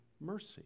mercy